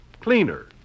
cleaner